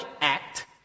act